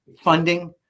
funding